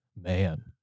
man